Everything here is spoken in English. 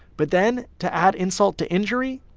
but then to add insult to injury,